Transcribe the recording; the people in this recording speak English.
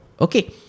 Okay